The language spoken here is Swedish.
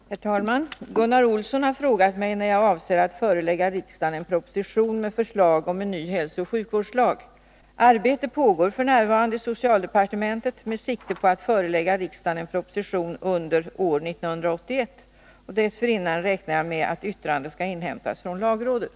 Herr talman! Gunnar Olsson har frågat mig när jag avser att förelägga riksdagen en proposition med förslag om en ny hälsooch sjukvårdslag. Arbete pågår f.n. i socialdepartementet med sikte på att förelägga riksdagen en proposition under år 1981. Jag räknar med att yttrande dessförinnan skall inhämtas från lagrådet.